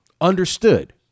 understood